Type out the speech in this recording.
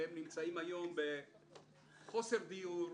והם נמצאים היום בחוסר דיור,